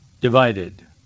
divided